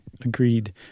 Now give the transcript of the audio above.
agreed